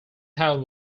town